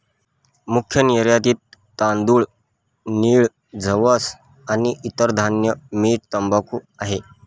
मुख्य निर्यातत तांदूळ, नीळ, जवस आणि इतर धान्य, मीठ, तंबाखू आहे